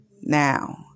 Now